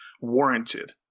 warranted